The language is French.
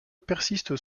persistent